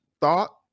thought